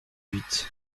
huit